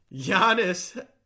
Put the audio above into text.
Giannis